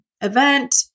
event